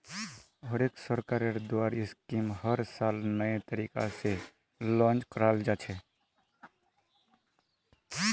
हर एक सरकारेर द्वारा स्कीमक हर साल नये तरीका से लान्च कराल जा छे